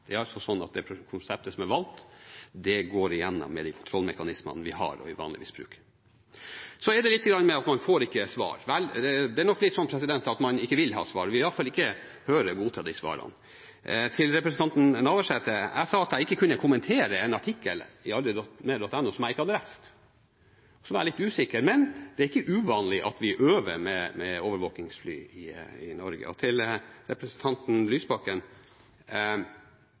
Det er altså sånn at det konseptet som er valgt, går gjennom med de kontrollmekanismene vi har og vanligvis bruker. Så var det litt om at man ikke får svar. Vel, det er nok litt sånn at man ikke vil ha svar, man vil iallfall ikke høre eller godta svarene. Til representanten Navarsete: Jeg sa at jeg ikke kunne kommentere en artikkel på aldrimer.no som jeg ikke hadde lest. Så var jeg litt usikker, men det er ikke uvanlig at vi øver med overvåkningsfly i Norge. Til representanten Lysbakken: